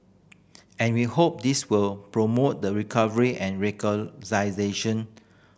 and we hope this will promote the recovery and